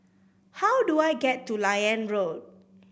how do I get to Liane Road